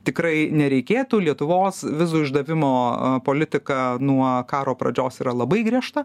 tikrai nereikėtų lietuvos vizų išdavimo politika nuo karo pradžios yra labai griežta